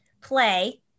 play